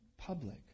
Public